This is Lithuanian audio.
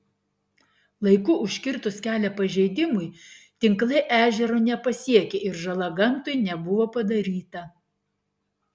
laiku užkirtus kelią pažeidimui tinklai ežero nepasiekė ir žala gamtai nebuvo padaryta